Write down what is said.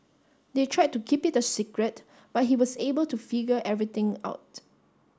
they tried to keep it a secret but he was able to figure everything out